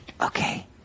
Okay